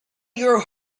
your